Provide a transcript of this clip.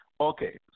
Okay